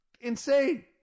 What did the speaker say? insane